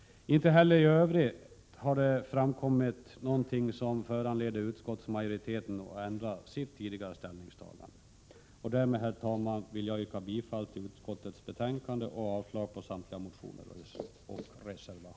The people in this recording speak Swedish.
Inte heller i övrigt har något framkommit som föranleder utskottsmajoriteten att ändra sitt tidigare ställningstagande. Därmed, herr talman, vill jag yrka bifall till utskottets hemställan och avslag på samtliga motioner och reservationer.